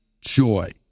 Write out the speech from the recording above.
joy